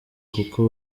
kuko